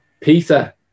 Peter